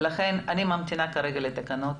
לכן אני ממתינה כרגע לתקנות.